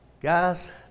Guys